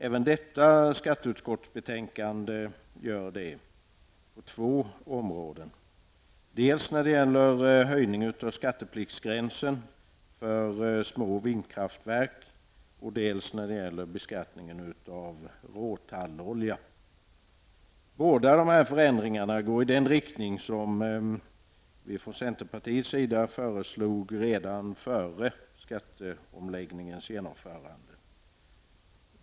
Även detta skatteutskottsbetänkande gör det på två områden. Det är dels när det gäller höjningen av skattepliktsgränsen för små vindkraftverk och dels när det gäller beskattningen av råtallolja. Båda dessa förändringar går i den riktning som vi från centerpartiets sida föreslog redan före skatteomläggningens genomförande.